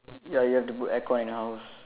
ya you have to put aircon at your house